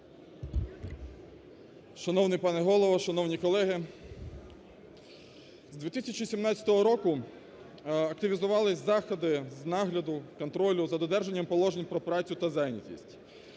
Шановний пане Голово, шановні колеги! З 2017 року активізувались заходи з нагляду, контролю за додержанням положень по працю та зайнятість.